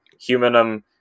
Humanum